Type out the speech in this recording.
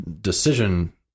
decision